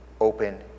open